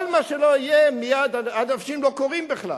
כל מה שלא יהיה, אנשים לא קוראים בכלל.